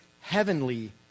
heavenly